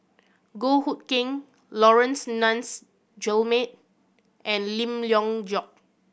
Goh Hood Keng Laurence Nunns Guillemard and Lim Leong Geok